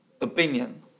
opinion